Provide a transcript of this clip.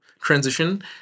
transition